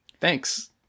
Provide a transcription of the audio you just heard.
Thanks